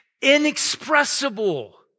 inexpressible